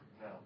No